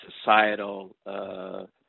societal